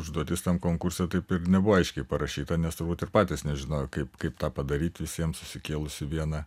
užduotis tam konkurse taip ir nebuvo aiškiai parašyta nes turbūt ir patys nežinojo kaip kaip tą padaryti visiems susikėlus į vieną